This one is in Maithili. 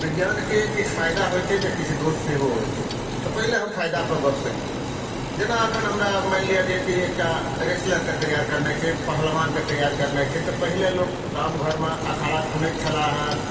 विज्ञानके किछु फ़ायदा होइ छै तऽ किछु दोष सेहो होइ छै तऽ पहिले हम फ़ायदापर गप करी जेना एखन हमरा मानि लिअ जे कि एकटा रेसलरके तैयार करनाइ छै पहलवानके तैयार करनाइ छै तऽ पहिले लोक गाम घरमे अखाड़ा खुनैत छला हँ